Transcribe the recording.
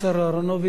תודה לשר אהרונוביץ.